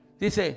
Dice